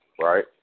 right